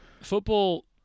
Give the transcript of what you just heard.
football